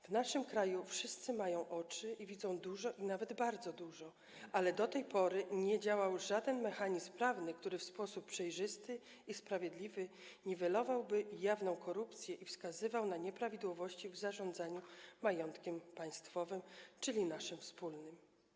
W naszym kraju wszyscy mają oczy i widzą dużo, a nawet bardzo dużo, ale do tej pory nie działał żaden mechanizm prawny, który w sposób przejrzysty i sprawiedliwy niwelowałby jawną korupcję i wskazywałby na nieprawidłowości w zarządzaniu majątkiem państwowym, czyli naszym wspólnym.